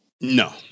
No